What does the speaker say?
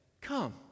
Come